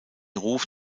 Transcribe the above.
ruf